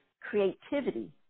creativity